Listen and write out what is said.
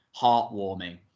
heartwarming